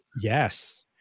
Yes